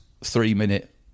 three-minute